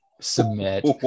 Submit